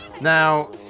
Now